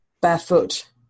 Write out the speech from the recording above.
barefoot